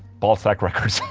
ballsack records.